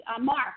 Mark